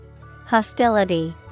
Hostility